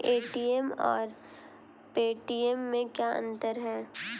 ATM और Paytm में क्या अंतर है?